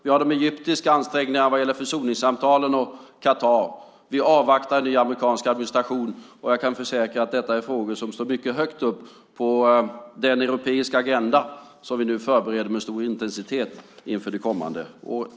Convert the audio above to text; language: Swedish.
Vi har de egyptiska ansträngningarna vad gäller försoningssamtalen och Qatar. Vi avvaktar en ny amerikansk administration, och jag kan försäkra att detta är frågor som står mycket högt upp på den europeiska agenda som vi nu förbereder med stor intensitet inför det kommande året.